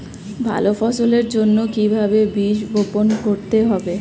ভালো ফসলের জন্য কিভাবে বীজ বপন করতে হবে?